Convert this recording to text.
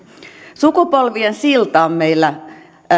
sukupolvien silta on meillä